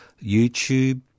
youtube